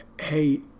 hey